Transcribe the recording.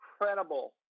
incredible